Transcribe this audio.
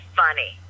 funny